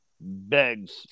begs